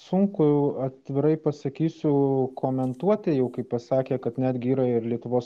sunku atvirai pasakysiu komentuoti jau kaip pasakė kad netgi yra ir lietuvos